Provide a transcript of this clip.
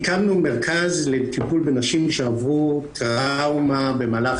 הקימנו מרכז לטיפול בנשים שעברו טראומה במהלך